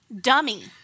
dummy